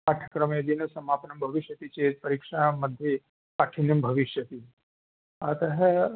पाठ्यक्रमः यदि समापनं न भविष्यति चेत् परीक्षा मध्ये काठिण्यं भविष्यति अतः